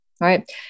Right